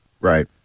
Right